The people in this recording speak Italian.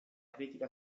critica